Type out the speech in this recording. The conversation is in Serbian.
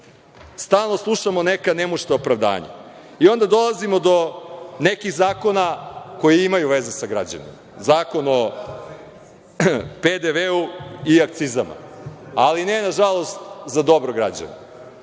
Stalno slušamo neka nemušta opravdanja. Onda dolazimo do nekih zakona koji imaju veze sa građanima, Zakon o PDV-u i akcizama, ali ne, nažalost, za dobro građana.